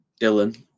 Dylan